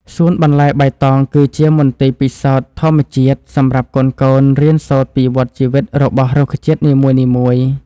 សួនបន្លែបៃតងគឺជាមន្ទីរពិសោធន៍ធម្មជាតិសម្រាប់កូនៗរៀនសូត្រពីវដ្តជីវិតរបស់រុក្ខជាតិនីមួយៗ។